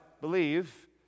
believe